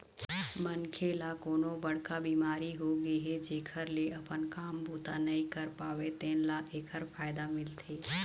मनखे ल कोनो बड़का बिमारी होगे हे जेखर ले अपन काम बूता नइ कर पावय तेन ल एखर फायदा मिलथे